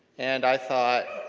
and i thought